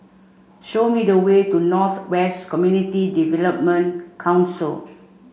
show me the way to North West Community Development Council